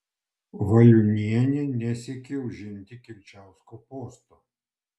valiunienė nesiekė užimti kilčiausko posto